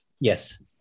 Yes